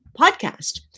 podcast